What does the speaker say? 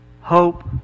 hope